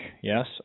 yes